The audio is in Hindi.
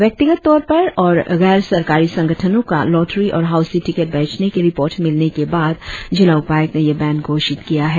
व्यक्तिगत तौर पर और गैर सरकारी संगठनों का लॉटरी और हाऊसी टीकट बेचने के रिपोर्ट मिलने के बाद जिला उपायुक्त ने यह बैंड घोषित किया है